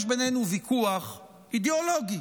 יש בינינו ויכוח אידיאולוגי